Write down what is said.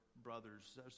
brothers